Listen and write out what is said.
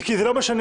כי זה לא משנה,